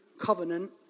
covenant